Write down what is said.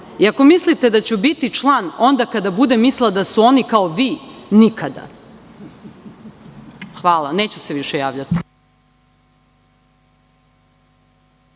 i ako mislite da ću biti član onda kada budem mislila da su oni kao vi, nikada. Hvala. Neću se više javljati.